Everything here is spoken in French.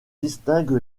distingue